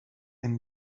and